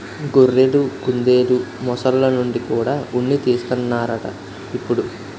గొర్రెలు, కుందెలు, మొసల్ల నుండి కూడా ఉన్ని తీస్తన్నారట ఇప్పుడు